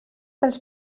dels